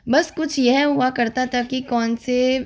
बस कुछ यह हुआ करता था कि कौन से